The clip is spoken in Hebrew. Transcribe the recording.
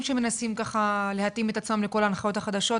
שמנסים להתאים את עצמם לכל ההנחיות החדשות,